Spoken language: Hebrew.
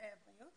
הבריאות